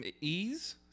ease